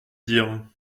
dire